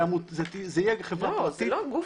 אל תגביל אותו.